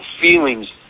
feelings